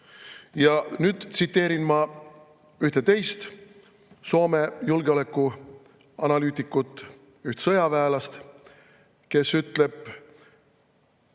Ja nüüd tsiteerin ma ühte teist Soome julgeolekuanalüütikut, üht sõjaväelast, kes ütleb,